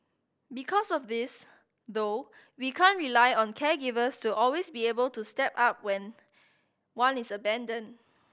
because of this though we can't rely on caregivers to always be able to step up when one is abandoned